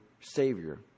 savior